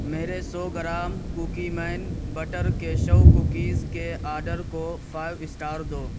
میرے سو gram cookie مین بٹر کیشو کوکیز کے آڈر کو فائیو سٹار دو